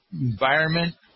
environment